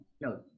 No